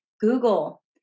Google